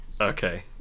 Okay